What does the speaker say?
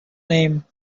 name